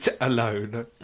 Alone